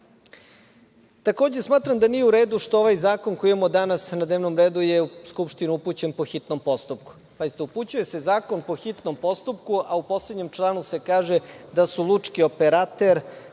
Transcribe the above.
zakona. Takođe, smatram da nije u radu što ovaj zakon koji imamo danas na dnevnom redu je Skupštini upućen po hitnom postupku. Pazite, upućuje se zakon po hitnom postupku, a u poslednjem članu se kaže da su lučki operater,